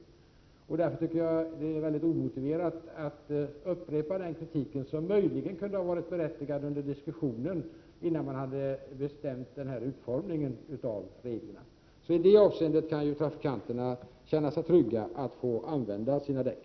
Därför är det mycket omotiverat att upprepa kritiken på den här punkten — en kritik som möjligen kunde ha varit berättigad i diskussionen innan reglernas utformning hade bestämts. Trafikanterna kan i det här avseendet känna sig trygga i fråga om att få använda sina däck.